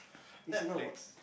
Netflix